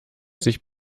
sich